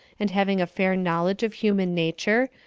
and having a fair knowledge of human nature,